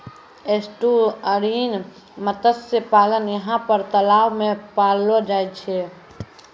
estuarine मत्स्य पालन यहाँ पर तलाव मे पाललो जाय छै